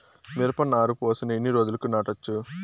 మిరప నారు పోసిన ఎన్ని రోజులకు నాటచ్చు?